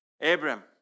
Abraham